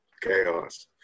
chaos